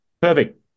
Perfect